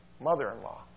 mother-in-law